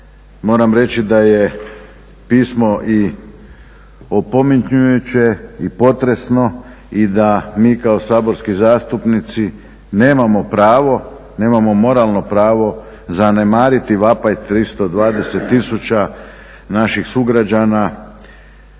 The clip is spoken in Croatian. moram reći da je pismo i opominjuće i potresno i da mi kao saborski zastupnici nemamo pravo, nemamo moralno pravo zanemariti vapaj 320 tisuća naših sugrađana